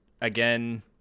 Again